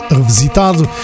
revisitado